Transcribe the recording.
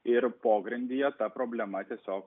ir pogrindyje ta problema tiesiog